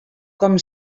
com